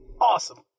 awesome